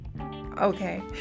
okay